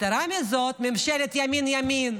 יתרה מזאת, ממשלת ימין ימין,